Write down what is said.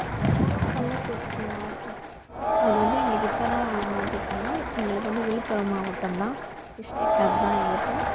கள்ளக்குறிச்சி மாவட்டம் அது வந்து எங்களுக்கு இப்போ தான் மாற்றிருக்காங்க எங்களுக்கு வந்து விழுப்புரம் மாவட்டம் தான் டிஸ்ட்ரிக்ட் அது தான் எங்களுக்கு